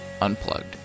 Unplugged